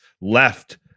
left